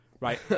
Right